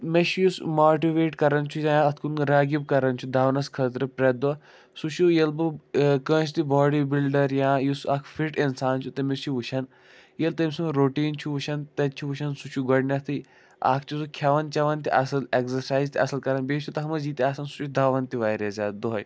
مےٚ چھِ یُس ماٹِویٹ کَران چھُ زیادٕ اَتھ کُن راغِب کَران چھِ دَونَس خٲطرٕ پرٛٮ۪تھ دۄہ سُہ چھُ ییٚلہِ بہٕ کٲنٛسہِ تہِ باڈی بِلڈَر یا یُس اَکھ فِٹ اِنسان چھِ تٔمِس چھِ وٕچھان ییٚلہِ تٔمۍ سُنٛد روٹیٖن چھِ وٕچھان تَتہِ چھِ وٕچھان سُہ چھُ گۄڈٕنٮ۪تھٕے اَکھ چھِ سُہ کھٮ۪وان چٮ۪وان تہِ اَصٕل اٮ۪گزَسایِز تہِ اَصٕل کَران بیٚیہِ چھُ سُہ تَتھ منٛز یہِ تہِ آسان سُہ چھُ دَوان تہِ واریاہ زیادٕ دۄہَے